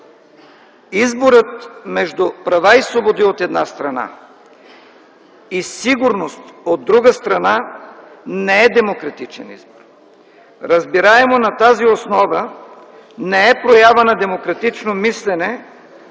Изборът между права и свободи, от една страна, и сигурност, от друга страна, не е демократичен избор. Разбираемо, на тази основа не е проява на демократично мислене